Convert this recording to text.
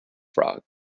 frog